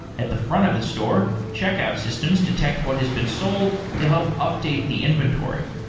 at the front of the store, checkout systems detect what has been sold to help update the inventory.